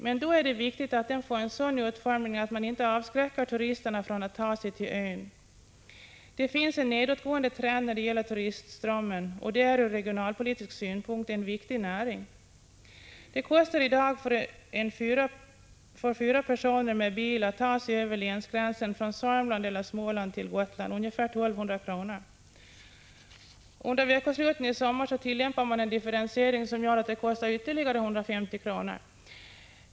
Men då är det viktigt att den får en sådan utformning att man inte avskräcker turisterna från att ta sig till ön. Det finns en nedåtgående trend när det gäller turistströmmen, och turismen är ur regionalpolitisk synpunkt en viktig näring. Det kostar i dag, för en fyra personers familj med bil, ca 1 200 kr. att ta sig över länsgränsen från Södermanland eller Småland till Gotland. Under veckosluten i sommar tillämpar man en differentiering som gör att det kostar ytterligare 150 kr.